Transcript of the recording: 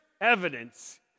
evidence